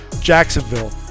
Jacksonville